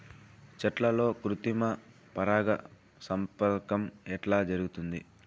చెట్లల్లో కృత్రిమ పరాగ సంపర్కం ఎట్లా జరుగుతుంది?